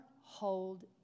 Hold